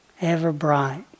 ever-bright